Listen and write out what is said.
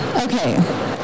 Okay